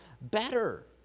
better